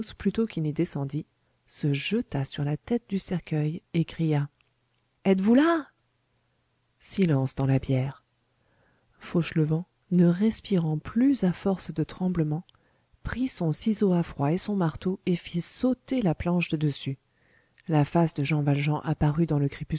plutôt qu'il n'y descendit se jeta sur la tête du cercueil et cria êtes-vous là silence dans la bière fauchelevent ne respirant plus à force de tremblement prit son ciseau à froid et son marteau et fit sauter la planche de dessus la face de jean valjean apparut dans le